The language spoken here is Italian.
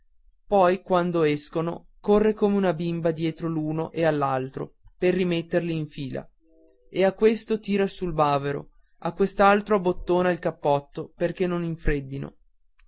poi quando escono corre come una bambina dietro all'uno e all'altro per rimetterli in fila e a questo tira su il bavero a quell'altro abbottona il cappotto perché non infreddino